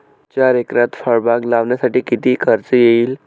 चार एकरात फळबाग लागवडीसाठी किती खर्च येईल?